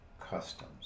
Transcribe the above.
customs